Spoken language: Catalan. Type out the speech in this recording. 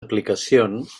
aplicacions